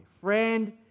Friend